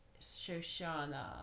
Shoshana